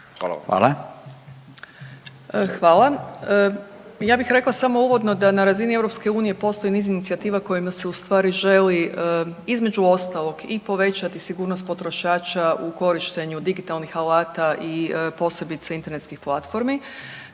Nataša** Hvala. Ja bih rekla samo uvodno da na razini EU postoji niz inicijativa kojima se ustvari želi između ostalog i povećati sigurnost potrošača u korištenju digitalnih alata, posebice internetskih platformi.